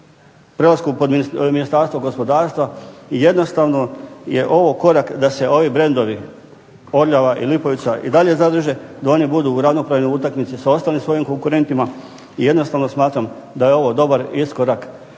prelaskom pod Ministarstvo gospodarstva jednostavno je ovo korak da se ovi brendovi Orljava i Lipovica i dalje zadrže, da oni budu u ravnopravnoj utakmici sa ostalim svojim konkurentima, i jednostavno smatram da je ovo dobar iskorak